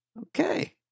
Okay